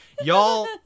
y'all